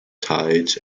tides